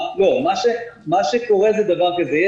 מה שקורה זה דבר כזה.